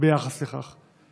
ביחס לכך?